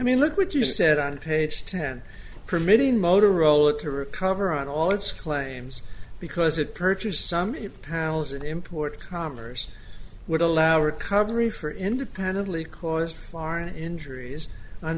mean look what you said on page ten permitting motorola to recover on all its claims because it purchased some pals and import commers would allow recovery for independently caused lauren injuries on